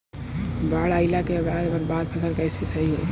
बाढ़ आइला के बाद बर्बाद फसल कैसे सही होयी?